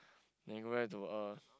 then you go there to uh